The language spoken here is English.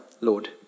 Lord